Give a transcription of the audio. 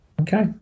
Okay